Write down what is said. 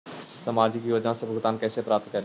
सामाजिक योजना से भुगतान कैसे प्राप्त करी?